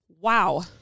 Wow